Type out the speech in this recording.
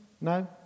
No